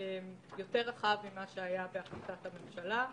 יותר רחב ממה שהיה בהחלטת הממשלה,